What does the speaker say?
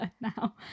now